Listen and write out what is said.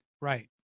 Right